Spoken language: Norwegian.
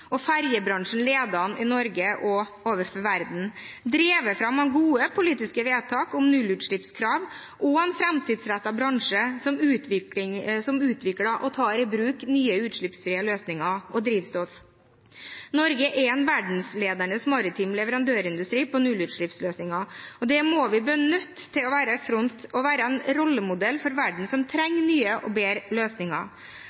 og ferjebransjen leder an i Norge og overfor verden, drevet fram av gode politiske vedtak om nullutslippskrav og en framtidsrettet bransje som utvikler og tar i bruk nye utslippsfrie løsninger og nytt drivstoff. Norge har en verdensledende maritim leverandørindustri for nullutslippsløsninger, og det må vi benytte til å være i front og være en rollemodell for verden, som